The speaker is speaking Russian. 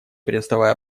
переставая